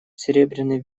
серебряный